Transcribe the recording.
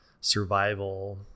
survival